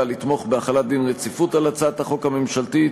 לתמוך בהחלת דין רציפות על הצעת החוק הממשלתית.